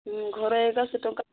ଘରେ ଏକା ସେ ଟଙ୍କା